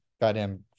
Goddamn